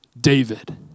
David